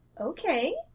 Okay